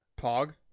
pog